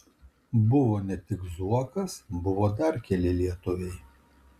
buvo ne tik zuokas buvo dar keli lietuviai